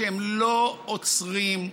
הם לא עוצרים,